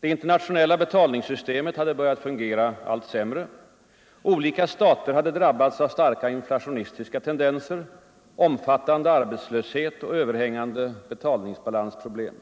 Det internationella betalningssystemet hade börjat fungera allt sämre. Olika stater hade drabbats av starka inflationistiska tendenser, omfattande arbetslöshet och överhängande betalningsproblem.